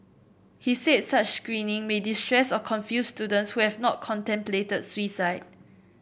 he said such screening may distress or confuse students who have not contemplated suicide